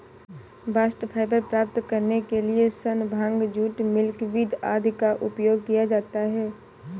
bast fibre प्राप्त करने के लिए सन, भांग, जूट, मिल्कवीड आदि का उपयोग किया जाता है